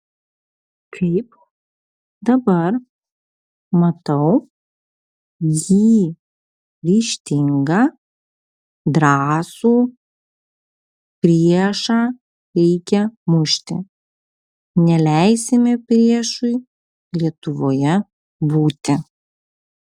kaip dabar matau jį ryžtingą drąsų priešą reikia mušti neleisime priešui lietuvoje būti